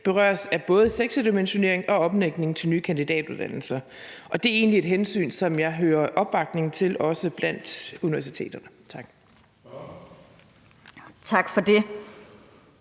berøres af både sektordimensionering og omlægning til nye kandidatuddannelser. Det er egentlig et hensyn, som jeg hører at der er opbakning til, også blandt universiteterne. Tak.